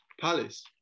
Palace